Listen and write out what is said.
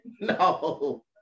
No